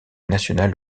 national